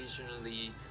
occasionally